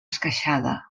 esqueixada